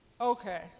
Okay